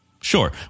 Sure